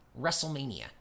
Wrestlemania